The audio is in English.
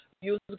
Use